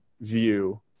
view